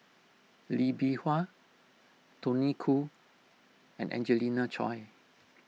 Lee Bee Wah Tony Khoo and Angelina Choy